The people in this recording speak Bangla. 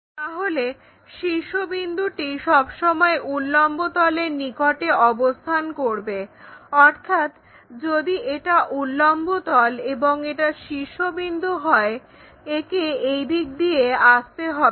তাহলে শীর্ষবিন্দুটি সবসময় উল্লম্ব তলের নিকটে অবস্থান করবে অর্থাৎ যদি এটা উল্লম্ব তল এবং এটা শীর্ষবিন্দু হয় একে এইদিকে নিয়ে আসতে হবে